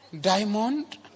Diamond